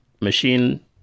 machine